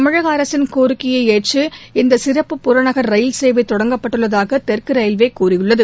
தமிழக அரசின் கோரிக்கையை ஏற்று இந்த சிறப்பு புறநகர் ரயில் சேவை தொடங்கப்பட்டுள்ளதாக தெற்கு ரயில்வே கூறியுள்ளது